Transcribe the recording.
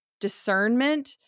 discernment